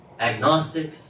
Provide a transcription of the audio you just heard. agnostics